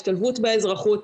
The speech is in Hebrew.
השתלבות באזרחות,